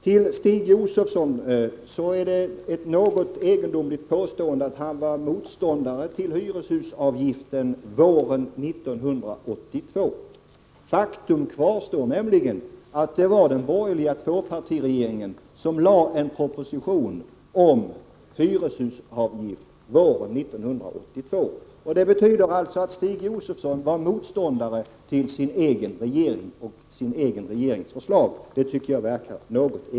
Till Stig Josefson: Det är ett något egendomligt påstående att Stig Josefson var motståndare till hyreshusavgiften våren 1982. Faktum kvarstår nämligen att det var den borgerliga tvåpartiregeringen som lade fram en proposition om hyreshusavgift våren 1982. Det betyder alltså att Stig Josefson var motståndare till sin egen regering och sin egen regerings förslag.